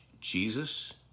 Jesus